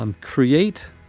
Create